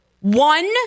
one-